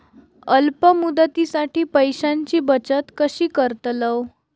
अल्प मुदतीसाठी पैशांची बचत कशी करतलव?